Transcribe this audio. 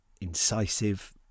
incisive